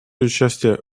участия